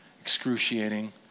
excruciating